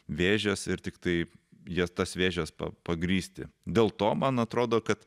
vėžes ir tiktai jas tas vėžes pagrįsti dėl to man atrodo kad